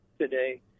today